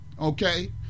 Okay